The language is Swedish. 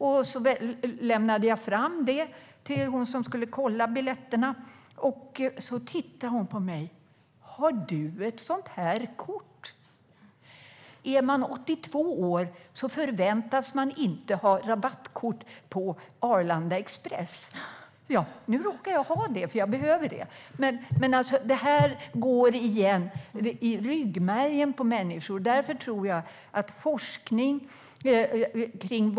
Jag lämnade fram det till henne som skulle kontrollera biljetterna. Hon tittade på mig och sa: Har du ett sådant här kort? Är man 82 år förväntas man inte ha rabattkort på Arlanda Express. Nu råkar jag ha det, eftersom jag behöver det. Detta går igen. Det sitter i ryggmärgen på människor. Därför tror jag att forskning behövs.